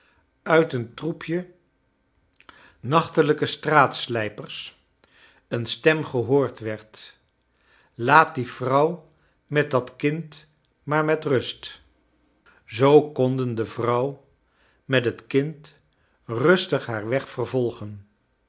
uit een troepje nachtelijke straatsiijpers een stem gehoord werd laat die vrouw met dat kind maar met rust kleine dorrit zoo konden de vrouw met bet kind rustig haar weg vervolgen